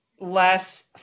less